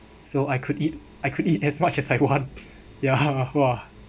so I could eat I could eat as much as I want ya !wah!